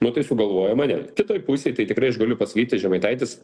nu tai sugalvojo mane kitoj pusėj tai tikrai aš galiu pasakyti žemaitaitis